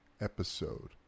episode